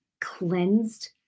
cleansed